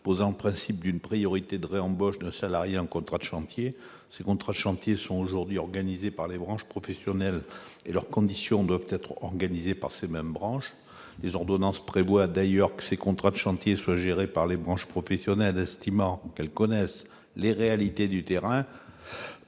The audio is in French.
pose en principe d'une priorité de réembauche de salarié en contrat de chantier, ces contrats chantiers sont aujourd'hui organisés par les branches professionnelles et leurs conditions doivent être organisées par ces mêmes branches les ordonnances prévoient d'ailleurs que ces contrats de chantier soit gérés par les branches professionnelles, estimant qu'elles connaissent les réalités du terrain